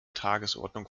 tagesordnung